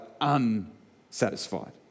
unsatisfied